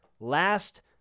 Last